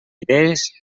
idees